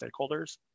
stakeholders